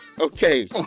Okay